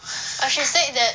I should say that